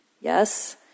Yes